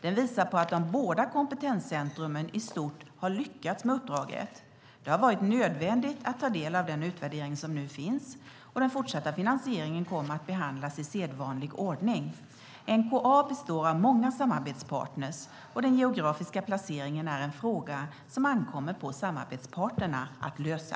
Den visar på att de båda kompetenscentrumen i stort har lyckats med uppdraget. Det har varit nödvändigt att ta del av den utvärdering som nu finns, och den fortsatta finansieringen kommer att behandlas i sedvanlig ordning. NkA består av många samarbetspartner, och den geografiska placeringen är en fråga som ankommer på samarbetsparterna att lösa.